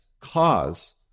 cause